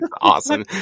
Awesome